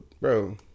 bro